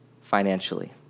financially